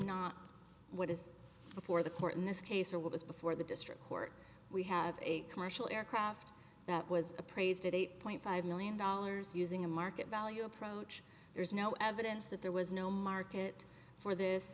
not what is before the court in this case or what was before the district court we have a commercial aircraft that was appraised at eight point five million dollars using a market value approach there's no evidence that there was no market for this